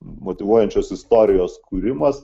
motyvuojančios istorijos kūrimas